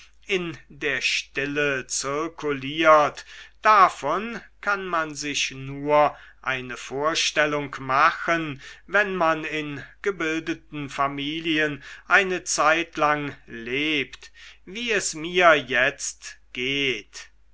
in der stille zirkuliert davon kann man sich nur eine vorstellung machen wenn man in gebildeten familien eine zeitlang lebt wie es mir jetzt geht